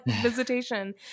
visitation